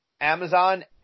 Amazon